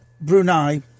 Brunei